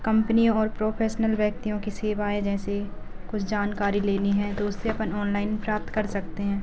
company और professional व्यक्तियों की सेवाएं जैसे कुछ जानकारी लेनी है तो उससे अपन ऑनलाइन प्राप्त कर सकते हैं